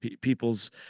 people's